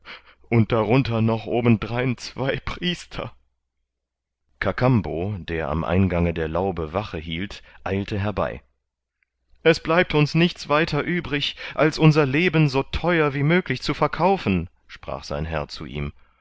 und darunter noch obendrein zwei priester kakambo der am eingange der laube wache hielt eilte herbei es bleibt uns nichts weiter übrig als unser leben so theuer wie möglich zu verkaufen sprach sein herr zu ihm